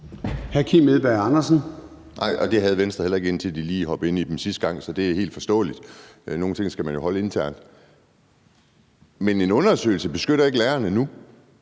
Kim Edberg Andersen (NB): Nej, og det havde Venstre heller ikke, indtil de lige hoppede ind i dem sidste gang, så det er helt forståeligt. Nogle ting skal man jo holde internt. Men en undersøgelse beskytter ikke lærerne nu,